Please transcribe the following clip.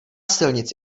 silnic